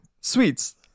sweets